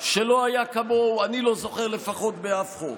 שלא היה כמוהו, אני לא זוכר לפחות, באף חוק.